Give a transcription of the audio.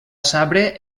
sabre